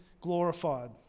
glorified